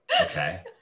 Okay